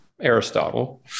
Aristotle